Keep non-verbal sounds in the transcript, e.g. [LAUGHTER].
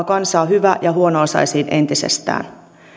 [UNINTELLIGIBLE] kansaa hyvä ja huono osaisiin entisestään